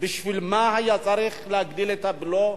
בשביל מה היה צריך להטיל את הבלו?